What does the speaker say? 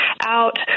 out